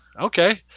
okay